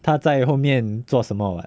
他在后面做什么 [what]